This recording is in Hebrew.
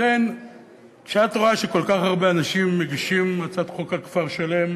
לכן כשאת רואה שכל כך הרבה אנשים מגישים הצעת חוק על כפר-שלם,